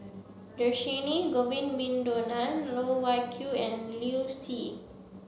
Dhershini Govin Winodan Loh Wai Kiew and Liu Si